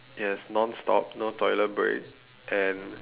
yes non stop no toilet break and